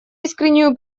искреннюю